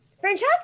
Francesca